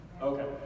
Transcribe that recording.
Okay